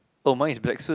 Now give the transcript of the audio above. oh my is black suit